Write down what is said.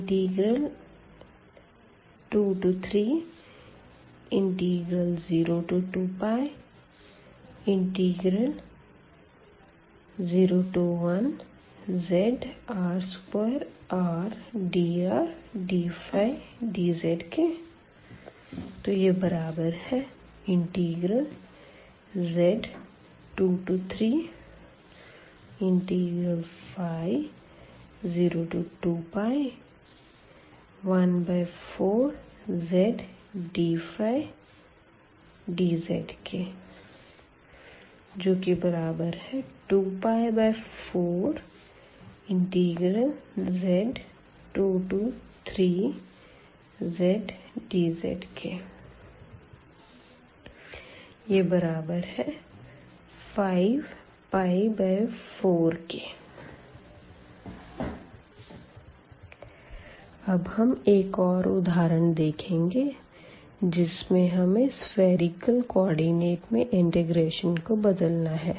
Iz23ϕ02πr01zr2rdrdϕdz Iz23ϕ02πr01zr2rdrdϕdz z23ϕ02π14zdϕdz 2π4z23zdz 5π4 अब हम एक और उदाहरण देखेंगे जिसमे हमे सफ़ेरिकल कोऑर्डिनेट में इंटेग्रेशन को बदलना है